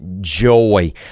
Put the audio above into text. joy